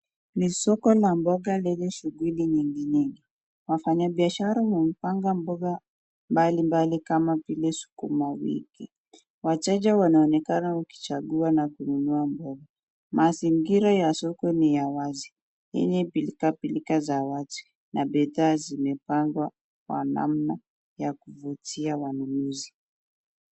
Ni soko la mboga lenye shughuli nyingi nyingi, wafanya biashara wamepanga mboga mbalimbali kama vile sukuma wiki, wachache wanaonekana wakichagua na kununua mboga. Mazingira ya soko ni ya wazi yenye pilka pilka za watu na bidhaa zimepangwa kwa namna ya kuvutia wanunuzi.